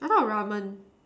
I thought ramen